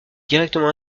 directement